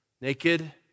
Naked